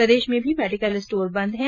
प्रदेश में भी medical store बंद है